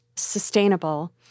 sustainable